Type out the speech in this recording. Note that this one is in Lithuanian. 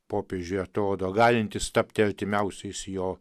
popiežiui atrodo galintys tapti artimiausiais jo